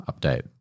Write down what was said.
update